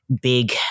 big